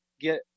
get